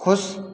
खुश